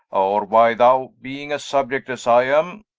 or why, thou being a subiect, as i am,